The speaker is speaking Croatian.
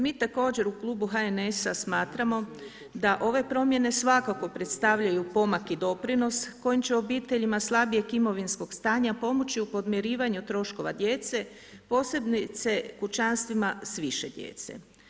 Mi također u klubu HNS-a smatramo da ove promjene svakako predstavljaju pomak i doprinos koji će obiteljima slabijeg imovinskog stanja pomoći u podmirivanju troškova djece posebice kućanstvima s više djece.